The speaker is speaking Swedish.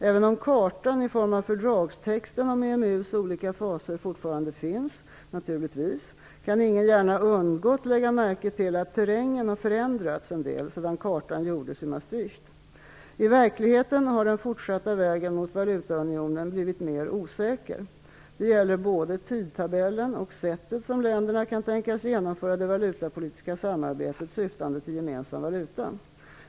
Även om kartan i form av fördragstexten om EMU:s olika faser naturligtvis fortfarande finns, kan ingen gärna ha undgått att lägga märke till att terrängen förändrats en del sedan kartan gjordes i I verkligheten har den fortsatta vägen mot valutaunionen blivit mer osäker. Det gäller både tidtabellen och det sätt på vilket länderna kan tänkas genomföra det valutapolitiska samarbetet syftande till gemensam valuta.